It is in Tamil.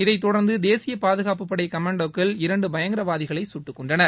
இதைத் தொடர்ந்து தேசிய பாதுகாப்பு படை கமாண்டோக்கள் இரண்டு பயங்கரவாதிகளை சுட்டுக்கொன்றனர்